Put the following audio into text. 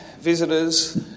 visitors